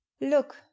look